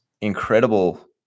incredible